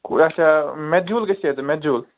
اَچھا میجوٗل گژھیا ژےٚ میجوٗل